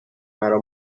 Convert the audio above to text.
مرا